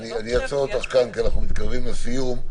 אני אעצור אותך כאן כי אנחנו מתקרבים לסיום.